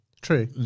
true